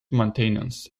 maintenance